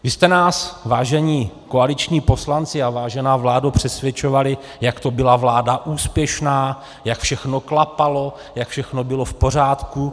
Vy jste nás, vážení koaliční poslanci a vážená vládo, přesvědčovali, jak to byla vláda úspěšná, jak všechno klapalo, jak všechno bylo v pořádku.